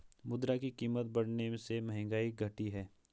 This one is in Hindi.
मुद्रा की कीमत बढ़ने से महंगाई घटी है